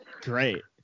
great